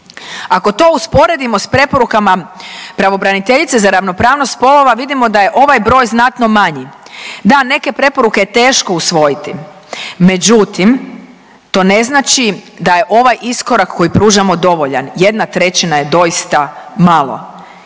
Ako to usporedimo s preporukama pravobraniteljice za ravnopravnost spolova vidimo da je ovaj broj znatno manji. Da neke preporuke je teško usvojiti. Međutim, to ne znači da je ovaj iskorak koji pružamo dovoljan. 1/3 je doista malo.